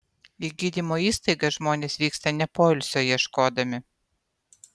į gydymo įstaigas žmonės vyksta ne poilsio ieškodami